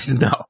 No